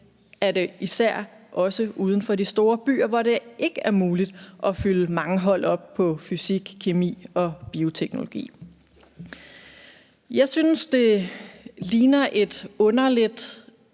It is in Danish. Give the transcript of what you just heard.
er det jo især også uden for de store byer, hvor det ikke er muligt at fylde mange hold op i fysik, kemi og bioteknologi. Jeg synes, det ligner et underligt